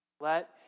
let